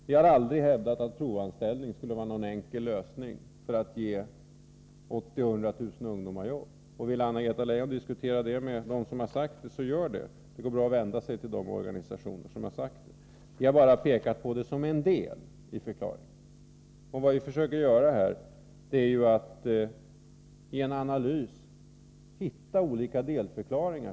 Vi har aldrig hävdat att provanställning skulle vara någon enkel lösning för att ge 80 000-100 000 ungdomar jobb. Vill Anna-Greta Leijon diskutera detta, så går det bra att vända sig till de organisationer som har sagt det. Vi har bara pekat på detta som en del. Vad vi försöker göra är att i en analys hitta olika delförklaringar.